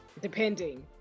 depending